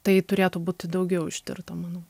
tai turėtų būti daugiau ištirta manau